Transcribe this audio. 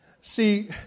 see